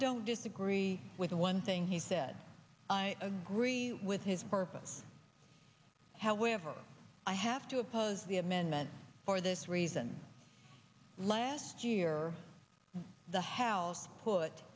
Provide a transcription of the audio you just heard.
don't disagree with one thing he said i agree with his purpose however i have to oppose the amendment for this reason last year the house put